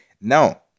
Now